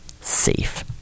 safe